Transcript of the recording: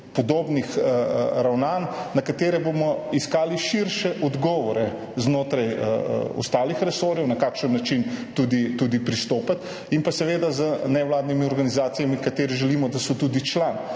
podobnih ravnanj, na katere bomo iskali širše odgovore znotraj ostalih resorjev, na kakšen način tudi pristopiti, in pa seveda z nevladnimi organizacijami, za katere želimo, da so tudi član